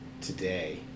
today